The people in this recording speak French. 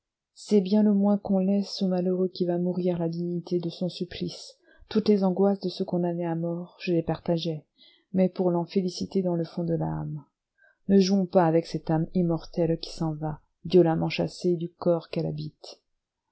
c'est bien le moins qu'on laisse au malheureux qui va mourir la dignité de son supplice toutes les angoisses de ce condamné à mort je les partageais mais pour l'en féliciter dans le fond de l'âme ne jouons pas avec cette âme immortelle qui s'en va violemment chassée du corps qu'elle habite